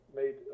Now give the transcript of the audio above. made